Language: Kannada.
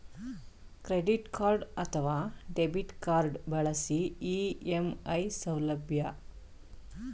ಕ್ರೆಡಿಟ್ ಕಾರ್ಡ್ ಅಥವಾ ಡೆಬಿಟ್ ಕಾರ್ಡ್ ಬಳಸಿ ಇ.ಎಂ.ಐ ಸೌಲಭ್ಯ ಪಡೆಯಬಹುದೇ?